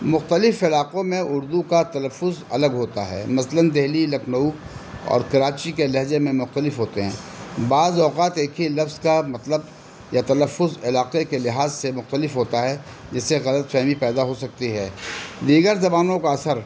مختلف علاقوں میں اردو کا تلفظ الگ ہوتا ہے مثلاً دہلی لکھنؤ اور کراچی کے لہذے میں مختلف ہوتے ہیں بعض اوقات ایک ہی لفظ کا مطلب یا تلفظ علاقے کے لحاظ سے مختلف ہوتا ہے جس سے غلط فہمی پیدا ہو سکتی ہے دیگر زبانوں کا اثر